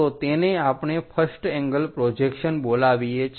તેને આપણે first angle projection બોલાવીએ છીએ